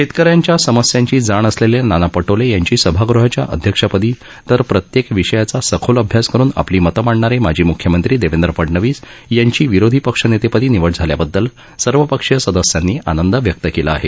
शेतकऱ्यांच्या समस्यांची जाण असलेले नाना पटोले यांची सभागृहाच्या अध्यक्षपदी तर प्रत्येक विषयाचा सखोल अभ्यास करुन आपली मतं मांडणारे माजी मुख्यमंत्री देवेंद्र फडणवीस यांची विरोधी पक्षनेतेपदी निवड झाल्याबददल सर्व पक्षीय सदस्यांनी आनंद व्यक्त केला आहे